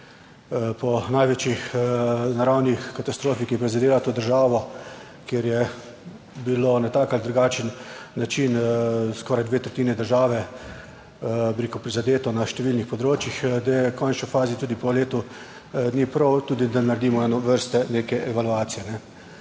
po največji naravni katastrofi, ki je prizadela to državo, kjer je bilo na tak ali drugačen način skoraj dve tretjini države, bi rekel, prizadeto na številnih področjih, da je v končni fazi tudi po letu ni prav tudi, da naredimo ene vrste neke evalvacije.